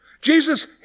Jesus